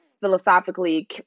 philosophically